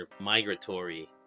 migratory